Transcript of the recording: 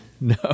No